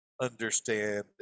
understand